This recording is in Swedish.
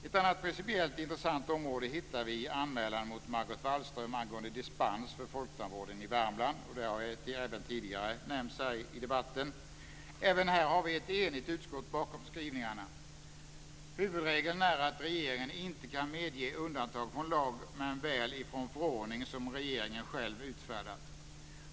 Ett annat principiellt intressant område hittar vi i anmälan mot Margot Wallström angående dispens för folktandvården i Värmland. Det har även tidigare nämnts i debatten. Även här har vi ett enigt utskott bakom skrivningarna. Huvudregeln är att regeringen inte kan medge undantag från lag men väl från förordning som regeringen själv utfärdat.